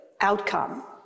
outcome